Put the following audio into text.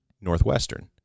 Northwestern